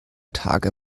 tage